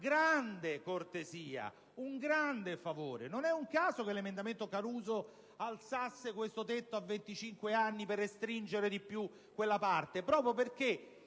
grande cortesia, un grande favore. Non è un caso che l'emendamento del senatore Caruso alzasse questo tetto a 25 anni, per restringere maggiormente quella parte, proprio perché